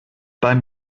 beim